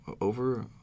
over